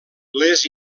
les